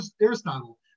Aristotle